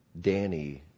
Danny